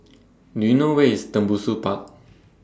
Do YOU know Where IS Tembusu Park